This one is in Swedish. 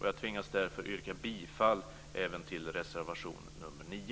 Jag tvingas därför yrka bifall även till reservation 9.